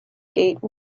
gate